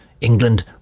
England